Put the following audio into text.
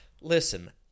Listen